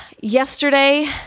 Yesterday